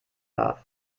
darf